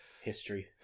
history